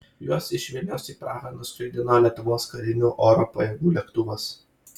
juos iš vilniaus į prahą nuskraidino lietuvos karinių oro pajėgų lėktuvas